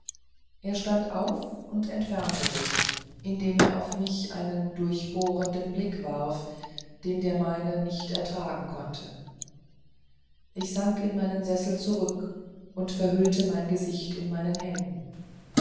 er stand auf und entfernte sich indem er auf mich einen durchbohrenden blick warf den der meine nicht ertragen konnte ich sank in meinen sessel zurück und verhüllte mein gesicht in meine hände